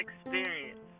experience